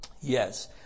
Yes